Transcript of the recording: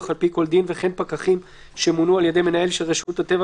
על פי כל דין וכן פקחים שמונו על ידי מנהל רשות הטבע